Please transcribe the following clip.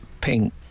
pink